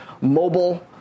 mobile